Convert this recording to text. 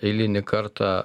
eilinį kartą